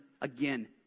again